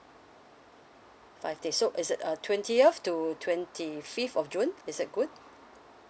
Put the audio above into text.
five days so is it uh twentieth to twenty fifth of june is that good